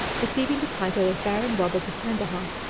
receiving the title of baron roberts of kandahar.